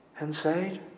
Inside